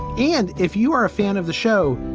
and if you are a fan of the show,